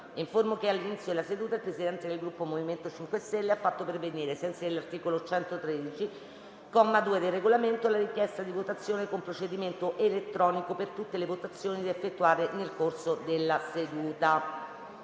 che all'inizio della seduta il Presidente del Gruppo MoVimento 5 Stelle ha fatto pervenire, ai sensi dell'articolo 113, comma 2, del Regolamento, la richiesta di votazione con procedimento elettronico per tutte le votazioni da effettuare nel corso della seduta.